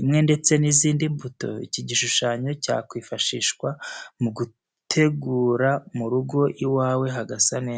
imwe, ndetse n'izindi mbuto. Iki gishushanyo cyakwifashishwa mu gutegura mu rugo iwawe hagasa neza.